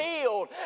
healed